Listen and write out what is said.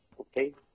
okay